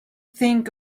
thing